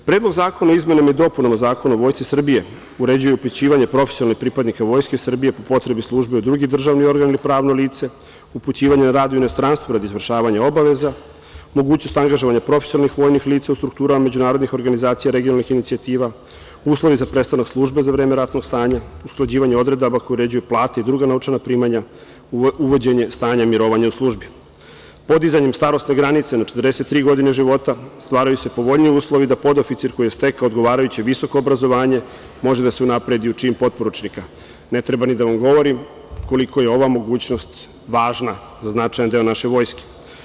Predlog zakona o izmenama i dopunama Zakona o Vojsci Srbije uređuje upućivanje profesionalnih pripadnika Vojske Srbije po potrebi službe u drugi državni organ ili pravno lice, upućivanje na rad u inostranstvo radi izvršavanja obaveza, mogućnost angažovanja profesionalnih vojnih lica u strukturama međunarodnih organizacija regionalnih inicijativa, uslovi za prestanak službe za vreme ratnog stanja, usklađivanje odredaba koje uređuju plate i druga novčana primanja, uvođenje stanja mirovanja u službi, podizanjem starosne granice na 43 godine života stvaraju se povoljniji uslovi da podoficir koji je stekao odgovarajuće visoko obrazovanje može da se unapredi u čin potporučnika, ne treba ni da vam govorim koliko je ova mogućnost važna za značajan deo naše vojske.